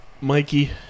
Mikey